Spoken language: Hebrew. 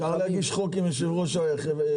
אפשר להגיש חוק עם יו"ר הוועדה.